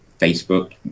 Facebook